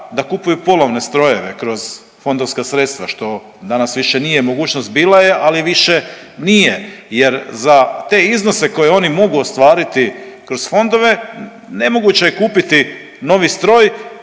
da kupuju polovne strojeve kroz fondovska sredstva, što danas nije više mogućnost, bila je, ali više nije jer za te iznose koje oni mogu ostvariti kroz fondove nemoguće je kupiti novi stroj,